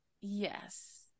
Yes